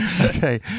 Okay